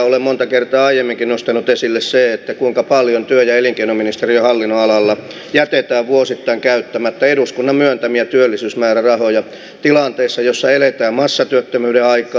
olen monta kertaa aiemminkin nostanut esille sen kuinka paljon työ ja elinkeinoministeriön hallinnonalalla jätetään vuosittain käyttämättä eduskunnan myöntämiä työllisyysmäärärahoja tilanteessa jossa eletään massatyöttömyyden aikaa